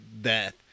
death